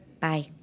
Bye